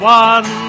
one